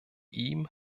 ihm